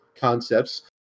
concepts